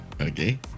Okay